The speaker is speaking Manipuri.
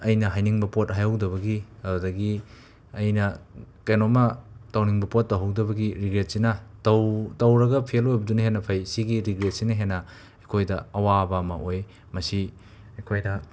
ꯑꯩꯅ ꯍꯥꯏꯅꯤꯡꯕ ꯄꯣꯠ ꯍꯥꯏꯍꯧꯗꯕꯒꯤ ꯑꯗꯨꯗꯒꯤ ꯑꯩꯅ ꯀꯩꯅꯣꯃ ꯇꯧꯅꯤꯡꯕ ꯄꯣꯠ ꯇꯧꯍꯧꯗꯕꯒꯤ ꯔꯤꯒ꯭ꯔꯦꯠꯁꯤꯅ ꯇꯧ ꯇꯧꯔꯒ ꯐꯦꯜ ꯑꯣꯏꯕꯗꯨꯅ ꯍꯦꯟꯅ ꯐꯩ ꯁꯤꯒꯤ ꯔꯤꯒ꯭ꯔꯦꯠꯁꯤꯅ ꯍꯦꯟꯅ ꯑꯩꯈꯣꯏꯗ ꯑꯋꯥꯕ ꯑꯃ ꯑꯣꯏ ꯃꯁꯤ ꯑꯩꯈꯣꯏꯅ